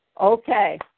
Okay